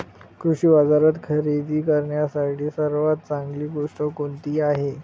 कृषी बाजारात खरेदी करण्यासाठी सर्वात चांगली गोष्ट कोणती आहे?